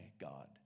God